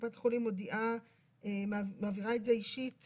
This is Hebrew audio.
קופת חולים מעבירה את זה אישית